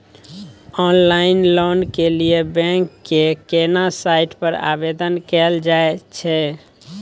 Online loan के लिए bank के केना साइट पर आवेदन कैल जाए छै?